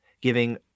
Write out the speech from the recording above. giving